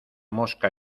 mosca